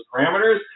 parameters